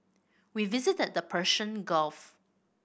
we visited the Persian Gulf